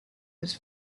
was